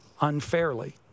unfairly